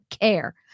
care